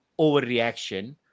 overreaction